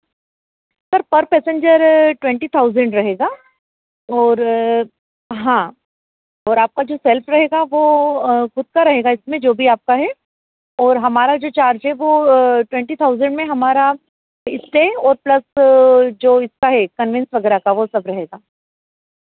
sir पर passenger twenty thousand रहेगा और हाँ और आपका जो सेल्फ रहेगा वो खुद का रहेगा इसमें जो भी आपका है और हमारा जो चार्ज है वो ट्वेन्टी थाउज़ैंड में हमारा इस्टे और प्लस जो इसका है कनवेंस वगेरह का वह सब रहेगा